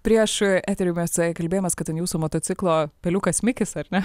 prieš eterį mes kalbėjomės kad ant jūsų motociklo peliukas mikis ar ne